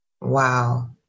Wow